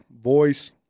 voice